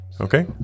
Okay